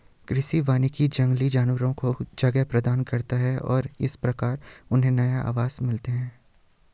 कृषि वानिकी जंगली जानवरों को जगह प्रदान करती है और इस प्रकार उन्हें नए आवास मिलते हैं